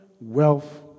wealth